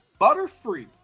Butterfree